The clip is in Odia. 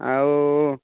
ଆଉ